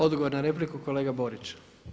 Odgovor na repliku kolega Borić.